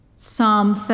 Psalm